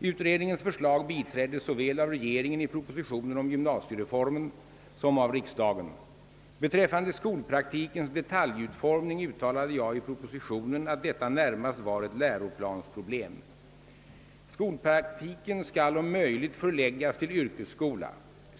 Utredningens förslag biträddes såväl av regeringen i propositionen om gymnasiereformen som av riksdagen. Beträffande skolpraktikens detaljutformning uttalade jag i propositionen, att detta närmast var ett läroplansproblem. Skolpraktiken skall om möjligt förläggas till yrkesskola.